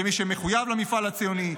כמי שמחויב למפעל הציוני,